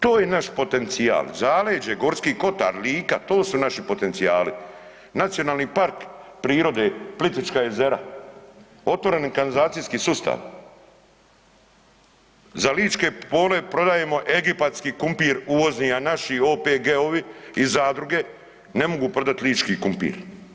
To je naš potencijal, zaleđe Gorski kotar, Lika, to su naši potencijali, Nacionalni park prirode Plitvička jezera, otvoreni kanalizacijski sustav, za ličke pole prodajemo egipatski krumpir uvozni, a naši OPG-ovi i zadruge ne mogu prodati lički krumpir.